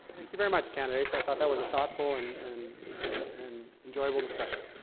thank you very much candidates. i thought that was a thoughtful and and and and enjoyable discussion.